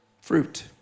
Fruit